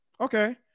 okay